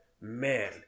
man